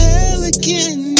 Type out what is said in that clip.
elegant